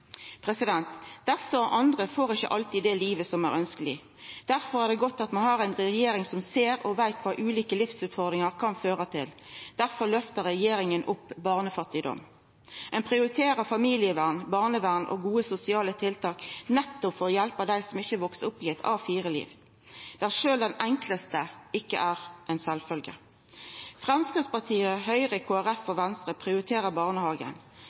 vaksenlivet. Desse og andre får ikkje alltid det livet som er ønskjeleg. Derfor er det godt at vi har ei regjering som ser og veit kva ulike livsutfordringar kan føra til. Derfor løftar regjeringa opp barnefattigdom. Ein prioriterer familievern, barnevern og gode sosiale tiltak nettopp for å hjelpa dei som ikkje veks opp i eit A4-liv, der sjølv det enklaste ikkje er sjølvsagt. Framstegspartiet, Høgre, Kristeleg Folkeparti og Venstre prioriterer barnehagen,